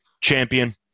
champion